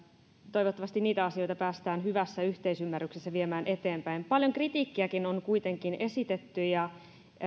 toivottavasti niitä asioita päästään hyvässä yhteisymmärryksessä viemään eteenpäin paljon kritiikkiäkin on kuitenkin esitetty